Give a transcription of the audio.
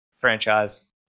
franchise